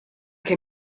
che